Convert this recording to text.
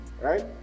right